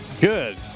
Good